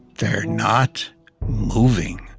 they're not moving.